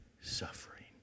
suffering